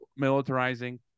militarizing